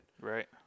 right